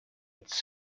its